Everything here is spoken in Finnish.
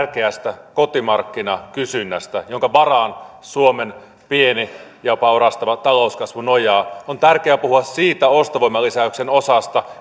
tärkeästä kotimarkkinakysynnästä jonka varaan suomen pieni ja jopa orastava talouskasvu nojaa on tärkeää puhua siitä ostovoiman lisäyksen osasta